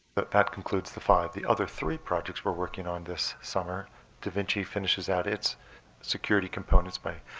but that concludes the five. the other three projects we're working on this summer da vinci finishes out its security components by